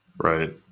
Right